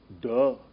duh